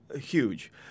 huge